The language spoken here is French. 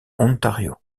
ontario